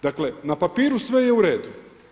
Dakle na papiru sve je u redu.